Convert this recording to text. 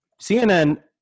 CNN